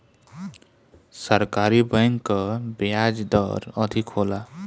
सरकारी बैंक कअ बियाज दर अधिका होला